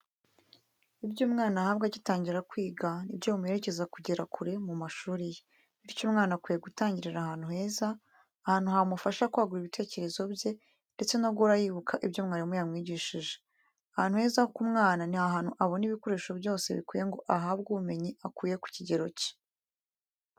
Ibyo umwana ahabwa agitangira kwiga ni byo bimuherekeza kugera kure mu mashuri ye, bityo umwana akwiye gutangirira ahantu heza, ahantu hamufasha kwagura ibitekerezo bye ndetse no guhora yibuka ibyo mwarimu yamwigishije. Ahantu heza k’umwana, ni ahantu abona ibikoresho byose bikwiye ngo ahabwe ubumenyi akwiye ku kigero cye.